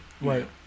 Right